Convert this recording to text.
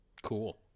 Cool